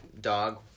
dog